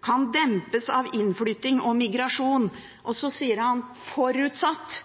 kan dempes av innflytting og migrasjon» – og så sier han – «forutsatt